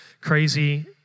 crazy